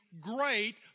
great